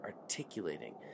articulating